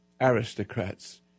aristocrats